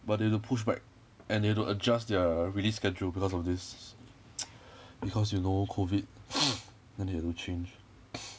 but they had to push back and they had to adjust their release schedule because of this because you know COVID then they had to change